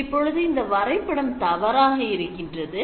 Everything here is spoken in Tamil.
இப்பொழுது இந்த வரைபடம் தவறாக இருக்கின்றது